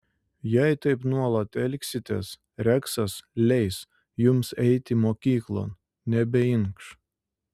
jei taip nuolat elgsitės reksas leis jums eiti mokyklon nebeinkš